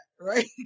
right